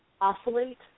Oscillate